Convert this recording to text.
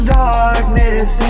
darkness